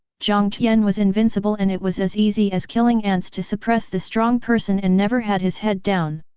jiang tian was invincible and it was as easy as killing ants to suppress the strong person and never had his head down.